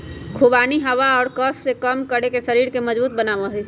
खुबानी हवा और कफ के कम करके शरीर के मजबूत बनवा हई